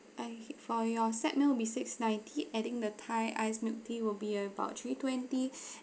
okay for your set meal will be six ninety adding the thai iced milk tea will be about three twenty